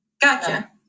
gotcha